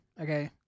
Okay